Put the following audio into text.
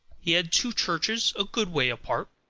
he had two churches a good way apart,